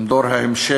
הם דור ההמשך,